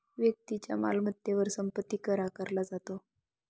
व्यक्तीच्या मालमत्तेवर संपत्ती कर आकारला जातो